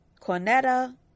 Cornetta